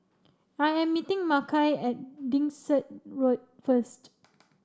I am meeting Makai at Dickson Road first